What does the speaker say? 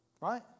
Right